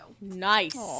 nice